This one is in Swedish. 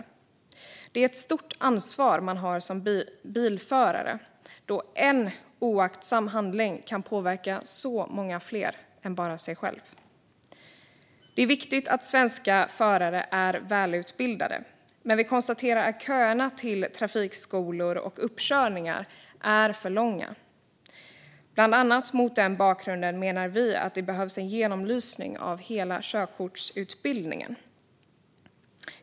Som bilförare har man ett stort ansvar, eftersom en enda oaktsam handling kan påverka så många fler än en själv. Det är viktigt att svenska förare är välutbildade, men vi konstaterar att köerna till trafikskolor och uppkörningar är för långa. Bland annat mot den bakgrunden menar vi att det behövs en genomlysning av hela körkortsutbildningen.